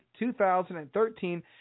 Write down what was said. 2013